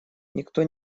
никто